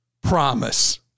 Promise